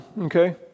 Okay